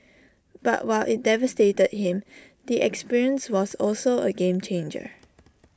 but while IT devastated him the experience was also A game changer